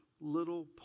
little